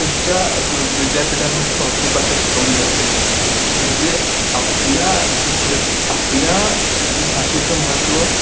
त्यांच्या विद्यापीठांमध्ये संस्कृत भाषा शिकवली जाते म्हणजे आपल्या धरते आपल्या या भाषेचं महत्त्व